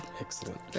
Excellent